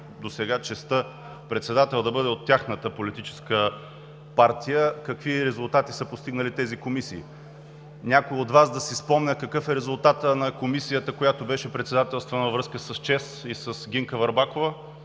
досега честта председател да бъде от тяхната политическа партия, какви резултати са постигнали тези комисии? Някой от Вас да си спомня какъв е резултатът на Комисията, която беше председателствана във връзка с ЧЕЗ и Гинка Върбакова?!